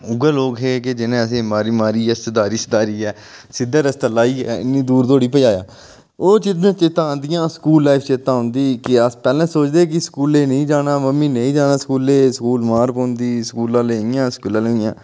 उ'ऐ लोक हे जि'नें असें गी मारी मारियै सधारी सधारियै सिद्धै रस्तै लाइयै इन्नी दूर तोह्ड़ी पजाया ओह् दिन चेता आंह्दियां स्कूल लाइफ चेता औंदी क्या पैह्ले साचदे हे कि मम्मी निं जाना स्कूलै गी स्कूल मार पौंदी स्कूला अह्ले इ'यां स्कूला आह्ले इ'यां